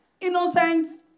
innocent